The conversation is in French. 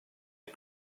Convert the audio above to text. est